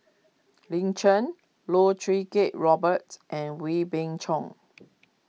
Lin Chen Loh Choo Kiat Robert and Wee Beng Chong